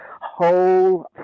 whole